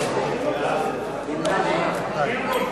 לדיון מוקדם בוועדה שתקבע ועדת הכנסת נתקבלה.